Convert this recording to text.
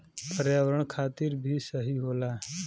पर्यावरण खातिर भी सही होला